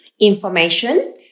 information